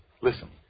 Listen